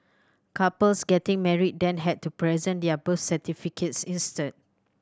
couples getting married then had to present their birth certificates instead